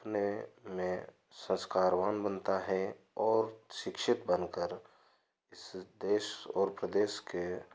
अपने में संस्कारवान बनता है और शिक्षित बनकर इस देश और प्रदेश के